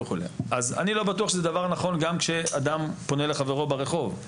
אני לא בטוח שזה דבר נכון גם כשאדם פונה לחברו ברחוב,